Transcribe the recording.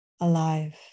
alive